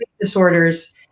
Disorders